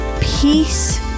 peace